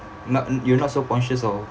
not you're not so conscious of